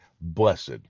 Blessed